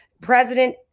President